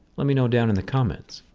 let me know down in the comments.